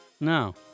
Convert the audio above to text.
No